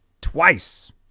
twice